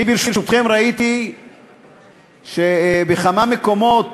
אני, ברשותכם, ראיתי שבכמה מקומות